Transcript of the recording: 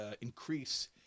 increase